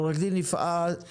עו"ד יפעת